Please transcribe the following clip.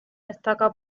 destaca